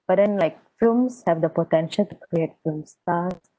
but then like films have the potential to create film stars